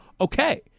Okay